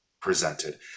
presented